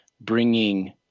bringing